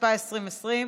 התשפ"א 2020,